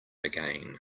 again